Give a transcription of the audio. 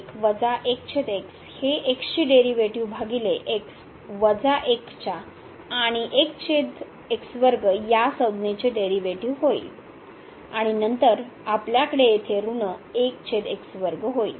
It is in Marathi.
तर येथे ln हे x ची डेरीवेटीव भागिले 1 च्या आणि या संज्ञेचे डेरीवेटीव होईल आणि नंतर आपल्याकडे येथे ऋणहोईल